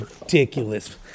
Ridiculous